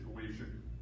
situation